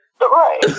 Right